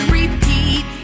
repeat